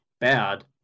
bad